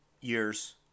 years